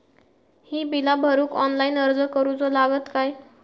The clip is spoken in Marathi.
ही बीला भरूक ऑनलाइन अर्ज करूचो लागत काय?